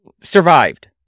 survived